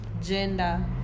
Gender